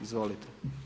Izvolite.